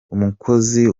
umukozi